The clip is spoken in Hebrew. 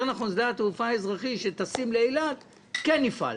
נכון ששדה התעופה האזרחי שטסים לאילת כן יפעל,